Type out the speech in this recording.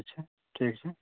अच्छा ठीक छै